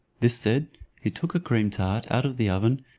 this said, he took a cream-tart out of the oven,